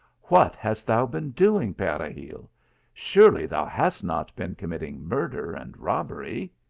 what hast thou been doing, peregil? surely thou hast not been committing murder and robbery!